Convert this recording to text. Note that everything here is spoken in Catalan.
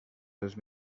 dels